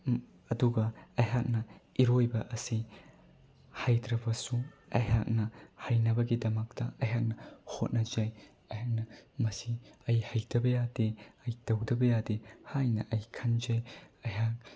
ꯑꯗꯨꯒ ꯑꯩꯍꯥꯛꯅ ꯏꯔꯣꯏꯕ ꯑꯁꯤ ꯍꯩꯇ꯭ꯔꯕꯁꯨ ꯑꯩꯍꯥꯛꯅ ꯍꯩꯅꯕꯒꯤꯗꯃꯛꯇ ꯑꯩꯍꯥꯛꯅ ꯍꯣꯠꯅꯖꯩ ꯑꯩꯍꯥꯛꯅ ꯃꯁꯤ ꯑꯩ ꯍꯩꯇꯕ ꯌꯥꯗꯦ ꯑꯩ ꯇꯧꯗꯕ ꯌꯥꯗꯦ ꯍꯥꯏꯅ ꯑꯩ ꯈꯟꯖꯩ ꯑꯩꯍꯥꯛ